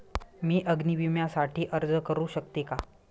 मी अग्नी विम्यासाठी अर्ज करू शकते का?